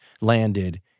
landed